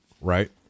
right